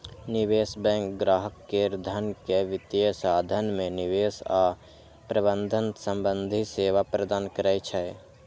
निवेश बैंक ग्राहक केर धन के वित्तीय साधन मे निवेश आ प्रबंधन संबंधी सेवा प्रदान करै छै